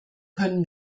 können